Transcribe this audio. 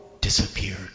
disappeared